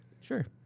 Sure